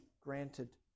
granted